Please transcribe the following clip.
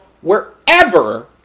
wherever